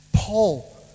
Paul